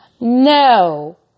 no